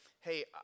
hey